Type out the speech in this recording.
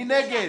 מי נגד?